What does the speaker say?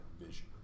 vision